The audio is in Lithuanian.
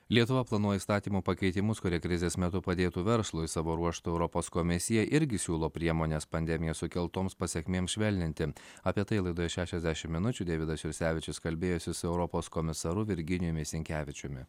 lietuva planuoja įstatymo pakeitimus kurie krizės metu padėtų verslui savo ruožtu europos komisija irgi siūlo priemones pandemijos sukeltoms pasekmėms švelninti apie tai laidoje šešiasdešimt minučių deividas jursevičius kalbėjosi su europos komisaru virginijumi sinkevičiumi